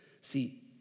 See